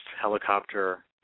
helicopter